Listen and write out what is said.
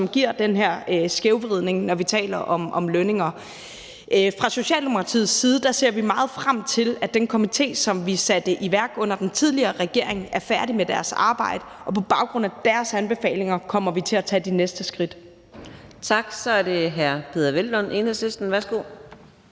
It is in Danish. som giver den her skævvridning, når vi taler om lønninger. Fra Socialdemokratiets side ser vi meget frem til, at den komité, som vi satte i værk under den tidligere regering, er færdig med deres arbejde, og på baggrund af deres anbefalinger kommer vi til at tage de næste skridt. Kl. 14:44 Fjerde næstformand